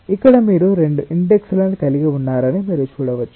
ఇక్కడ మీరు రెండు ఇండెక్స్ లను కలిగి ఉన్నారని మీరు చూడవచ్చు